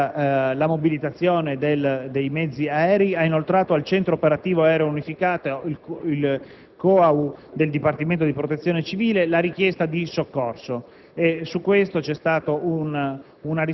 la mobilitazione dei mezzi aerei) ha inoltrato al Centro operativo aereo unificato (COAU) del Dipartimento della protezione civile la richiesta di soccorso e su questo c'è stata una risposta